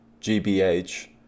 GBH